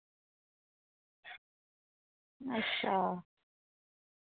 अच्छा